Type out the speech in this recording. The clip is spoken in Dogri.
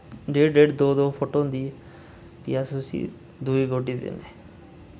डेढ़ डेढ़ दो दो फुट होंदी फ्ही अस उस्सी दुई गोड्डी दिन्ने